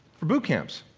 for boot camps.